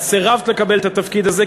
את סירבת לקבל את התפקיד הזה,